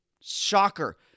shocker